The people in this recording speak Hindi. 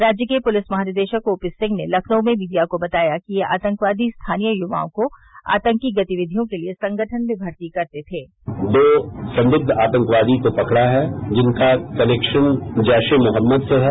राज्य के पुलिस महानिदेशक ओपी सिंह ने लखनऊ में मीडिया को बताया कि ये आतंकवादी स्थानीय युवाओं को आतंकी गतिविधियों के लिए संगठन में भर्ती करते दो सॉदिग्ध आतंकवादी को पकड़ा है जिनका कनेक्शन जैश ए मोहम्मद से है